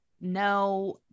No